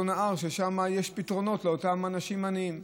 נהר ששם יש פתרונות לאותם אנשים עניים.